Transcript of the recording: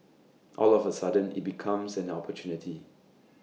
all of A sudden IT becomes an opportunity